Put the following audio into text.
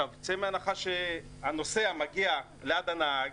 צא מהנחה שהנוסע מגיע ליד הנהג,